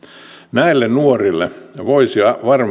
näille nuorille voisi